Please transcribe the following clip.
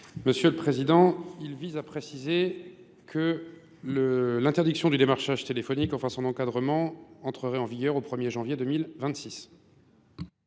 Monsieur le Président, il vise à préciser que l'interdiction du démarchage téléphonique, enfin son encadrement, entrerait en vigueur au 1er janvier 2026.